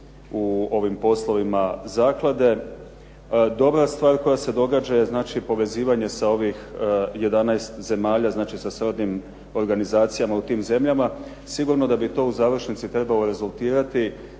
u ovim poslovima zaklade. Dobra stvar koja se događa je znači povezivanje sa ovih 11 zemalja, znači sa srodnim organizacijama u tim zemljama. Sigurno da bi to u završnici trebalo rezultirati